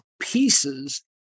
pieces